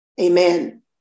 Amen